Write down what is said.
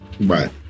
Right